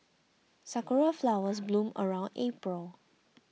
sakura flowers bloom around April